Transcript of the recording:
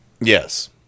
Yes